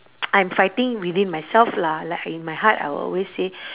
I'm fighting within myself lah like in my heart I'll always say